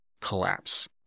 collapse